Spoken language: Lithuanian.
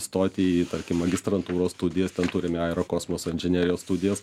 stoti į tarkim magistrantūros studijas ten turime aerokosmoso inžinerijos studijas